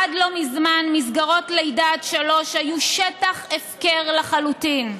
עד לא מזמן מסגרות לידה עד שלוש היו שטח הפקר לחלוטין.